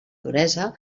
duresa